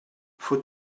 foot